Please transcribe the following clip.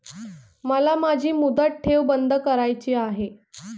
मला माझी मुदत ठेव बंद करायची आहे